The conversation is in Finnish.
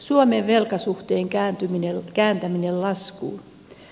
suomen velkasuhteen kääntäminen laskuun